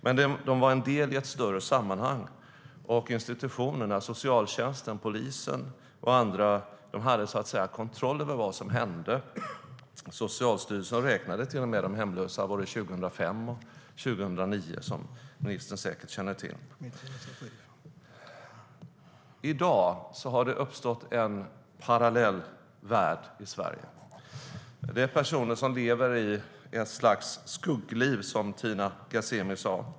Men de var en del i ett större sammanhang, och institutionerna - socialtjänsten, polisen och andra - hade kontroll över vad som hände. Socialstyrelsen räknade till och med de hemlösa både 2005 och 2009, som ministern säkert känner till. I dag har det uppstått en parallell värld i Sverige. Det finns personer som lever ett slags skuggliv, som Tina Ghasemi sa.